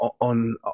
on